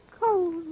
cold